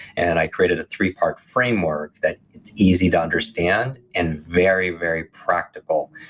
and i created a three-part framework that it's easy to understand, and very, very practical,